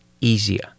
easier